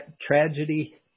tragedy